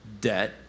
debt